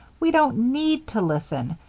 we don't need to listen.